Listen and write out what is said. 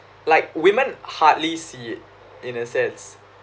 like women hardly see it in a sense